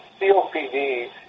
COPD